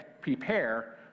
prepare